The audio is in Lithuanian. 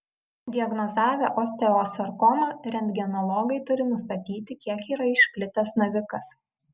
diagnozavę osteosarkomą rentgenologai turi nustatyti kiek yra išplitęs navikas